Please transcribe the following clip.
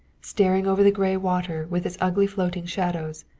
staring over the gray water with its ugly floating shadows,